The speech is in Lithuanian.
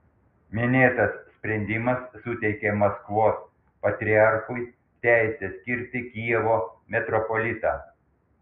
minėtas sprendimas suteikė maskvos patriarchui teisę skirti kijevo metropolitą